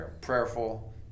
prayerful